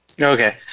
Okay